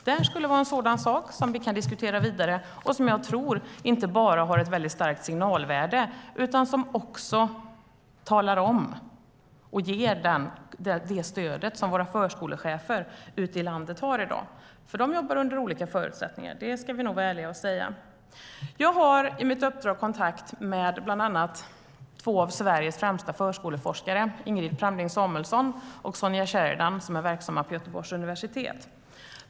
Det skulle vara en sak som vi skulle kunna diskutera vidare och som jag tror inte bara har ett starkt signalvärde utan ger det stöd som våra förskolechefer ute i landet behöver i dag. De jobbar under olika förutsättningar; det ska vi vara ärliga och säga. Jag har i mitt uppdrag kontakt med bland annat två av Sveriges främsta förskoleforskare, Ingrid Pramling Samuelsson och Sonja Sheridan, som är verksamma vid Göteborgs universitet.